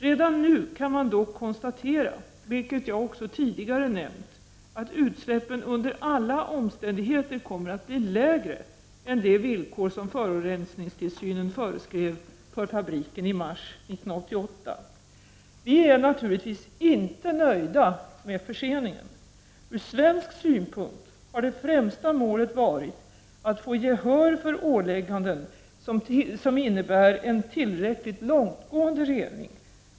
Redan nu kan man dock konstatera, vilket jag också tidigare nämnt, att utsläppen under alla omständigheter kommer att bli lägre än de villkor som forurensningstilsynen föreskrev för fabriken i mars 1988. Vi är naturligtvis inte nöjda med förseningen. Från svensk synpunkt har det främsta målet varit att få gehör för ålägganden som innebär en tillräckligt långtgående rening.